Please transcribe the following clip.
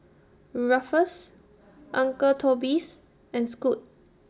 Ruffles Uncle Toby's and Scoot